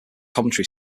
commentary